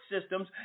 systems